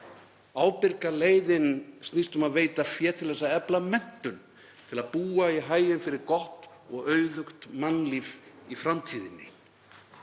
Ábyrga leiðin snýst um að veita fé til þess að efla menntun til að búa í haginn fyrir gott og auðugt mannlíf í framtíðinni.